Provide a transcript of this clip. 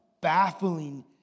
baffling